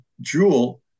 jewel